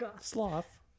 Sloth